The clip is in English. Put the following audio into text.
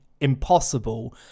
impossible